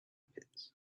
pits